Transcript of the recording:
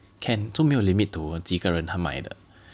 can 都没有 limit to 几个人他买的